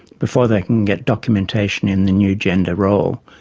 before they can get documentation in the new gender role,